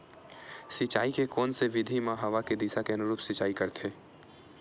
सिंचाई के कोन से विधि म हवा के दिशा के अनुरूप सिंचाई करथे?